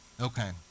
Okay